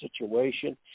situation